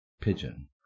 pigeon